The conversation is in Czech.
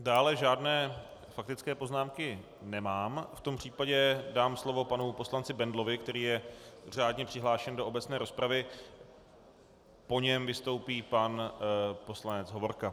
Dále žádné faktické poznámky nemám, v tom případě dám slovo panu poslanci Bendlovi, který je řádně přihlášen do obecné rozpravy, po něm vystoupí pan poslanec Hovorka.